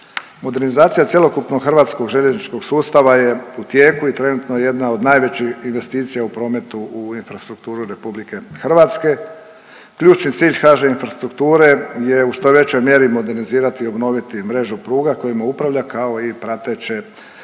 Modernizacija cjelokupnog željezničkog sustava je u tijeku i trenutno jedna od najvećih investicija u prometu u infrastrukturu RH. Ključni cilj HŽ Infrastrukture je u što većoj mjeri modernizirati i obnoviti mrežu pruga kojima upravlja, kao i prateću infrastrukturu,